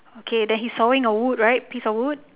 okay then he's sawing a wood right piece of wood